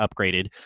upgraded